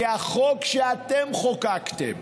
כי החוק שאתם חוקקתם,